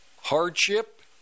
hardship